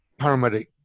paramedic